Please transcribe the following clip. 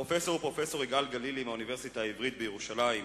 הפרופסור הוא פרופסור יגאל גלילי מהאוניברסיטה העברית בירושלים,